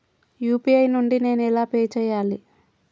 UPI నుండి నేను ఎలా పే చెయ్యాలి?